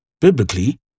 Biblically